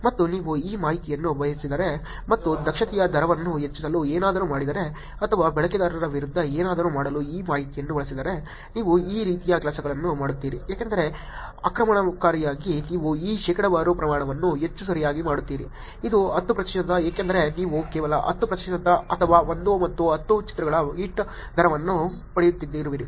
ಮತ್ತು ನೀವು ಈ ಮಾಹಿತಿಯನ್ನು ಬಳಸಿದರೆ ಮತ್ತು ದಕ್ಷತೆಯ ದರವನ್ನು ಹೆಚ್ಚಿಸಲು ಏನಾದರೂ ಮಾಡಿದರೆ ಅಥವಾ ಬಳಕೆದಾರರ ವಿರುದ್ಧ ಏನಾದರೂ ಮಾಡಲು ಈ ಮಾಹಿತಿಯನ್ನು ಬಳಸಿದರೆ ನೀವು ಯಾವ ರೀತಿಯ ಕೆಲಸಗಳನ್ನು ಮಾಡುತ್ತೀರಿ ಏಕೆಂದರೆ ಆಕ್ರಮಣಕಾರರಾಗಿ ನೀವು ಈ ಶೇಕಡಾವಾರು ಪ್ರಮಾಣವನ್ನು ಹೆಚ್ಚು ಸರಿಯಾಗಿ ಮಾಡುತ್ತೀರಿ ಇದು 10 ಪ್ರತಿಶತ ಏಕೆಂದರೆ ನೀವು ಕೇವಲ 10 ಪ್ರತಿಶತ ಅಥವಾ 1 ಮತ್ತು 10 ಚಿತ್ರಗಳ ಹಿಟ್ ದರವನ್ನು ಪಡೆಯುತ್ತಿರುವಿರಿ